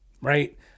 Right